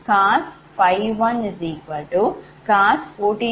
5140